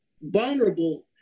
vulnerable